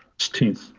sixteenth.